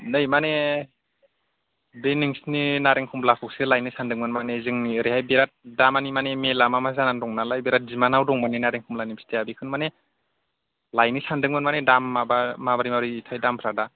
नै माने बे नोंसोरनि नारें कमलाखौसो लायनो सानदोंमोन माने जोंनि ओरैहाय बिरात दामानि माने मेला मा मा जाना दं नालाय बिरात दिमान्दाव दं माने नारें कमला फिथाइया बेखौनो माने लायनो सानदोंमोन माने दामाबा माबोरै माबोरैथाय दामफ्रा दा